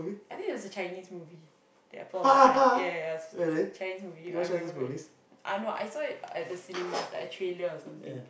I think it was a Chinese movie the apple of my eye ya ya ya Chinese movie I remember correctly uh no I saw it at the cinemas like a trailer or something